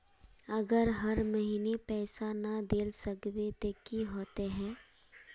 अगर हर महीने पैसा ना देल सकबे ते की होते है?